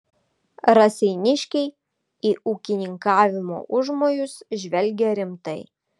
raseiniškiai į ūkininkavimo užmojus žvelgė rimtai